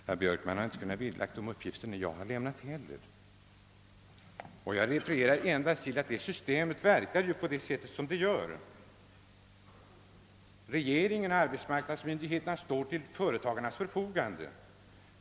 Herr talman! Herr Björkman har inte kunnat vederlägga de uppgifter jag har lämnat, och jag refererar till att det ekonomiska systemet vi har verkar som det gör. Regeringen och arbetsmarknadsmyndigheterna står till företagarnas förfogande.